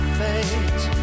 fate